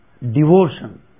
devotion